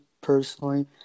personally